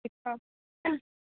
आ